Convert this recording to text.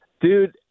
Dude